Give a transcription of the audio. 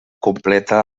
completa